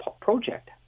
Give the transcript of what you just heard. project